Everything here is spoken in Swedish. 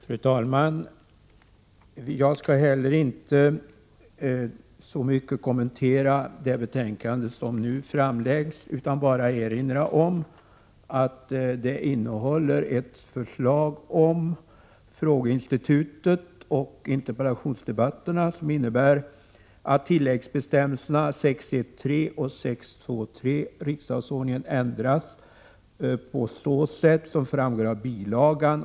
Fru talman! Inte heller jag skall närmare kommentera det betänkande som nu framläggs utan bara erinra om att det innehåller ett förslag om frågeinstitutet och interpellationsdebatterna, som innebär att tilläggsbestämmelserna 6.1.3 och 6.2.3 riksdagsordningen ändras på sätt som framgår av bilagan.